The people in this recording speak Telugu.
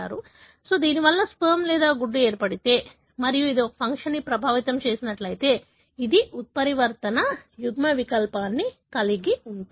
కాబట్టి ఇప్పుడు దీనివల్ల స్పెర్మ్ లేదా గుడ్డు ఏర్పడితే మరియు అది ఒక ఫంక్షన్ని ప్రభావితం చేసినట్లయితే అది ఉత్పరివర్తన యుగ్మ వికల్పాన్ని కలిగి ఉంటుంది